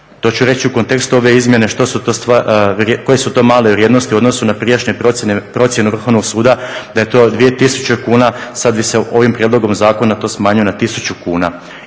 To ću reći u kontekstu ove izmjene koje su to male vrijednosti u odnosu na prijašnje procjene, procjenu Vrhovnog suda da je to 2000 kuna sad bi se ovim prijedlogom zakona to smanjilo na 1000 kuna.